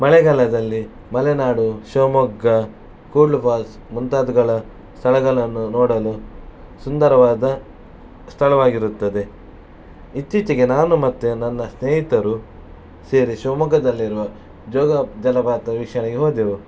ಮಳೆಗಾಲದಲ್ಲಿ ಮಲೆನಾಡು ಶಿವಮೊಗ್ಗ ಕೂಡ್ಲು ಫಾಲ್ಸ್ ಮುಂತಾದವುಗಳ ಸ್ಥಳಗಳನ್ನು ನೋಡಲು ಸುಂದರವಾದ ಸ್ಥಳವಾಗಿರುತ್ತದೆ ಇತ್ತೀಚೆಗೆ ನಾನು ಮತ್ತು ನನ್ನ ಸ್ನೇಹಿತರು ಸೇರಿ ಶಿವಮೊಗ್ಗದಲ್ಲಿರುವ ಜೋಗ ಜಲಪಾತ ವೀಕ್ಷಣೆಗೆ ಹೋದೆವು